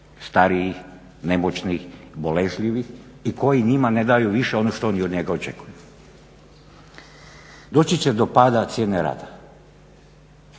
starijih, nemoćnih, boležljivih i koji njima ne daju više, ono što oni od njega očekuju. Doći će do pada cijene rada,